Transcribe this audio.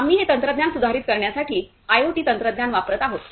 आम्ही हे तंत्रज्ञान सुधारित करण्यासाठी आयओटी तंत्रज्ञान वापरत आहोत